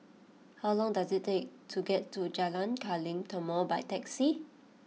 how long does it take to get to Jalan Kilang Timor by taxi